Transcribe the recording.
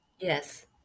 yes